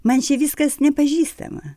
man čia viskas nepažįstama